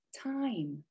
time